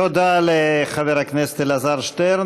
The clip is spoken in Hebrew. תודה לחבר הכנסת אלעזר שטרן.